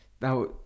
now